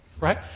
Right